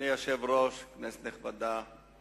אדוני היושב-ראש, כנסת נכבדה,